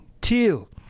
till